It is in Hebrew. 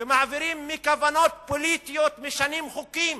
ומעבירים מכוונות פוליטיות, משנים חוקים